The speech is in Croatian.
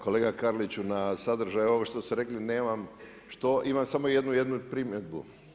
Kolega Karliću na sadržaj ovog što ste rekli nemam što, imam samo jednu jedinu primjedbu.